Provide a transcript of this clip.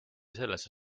sellesse